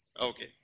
Okay